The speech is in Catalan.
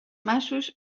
masos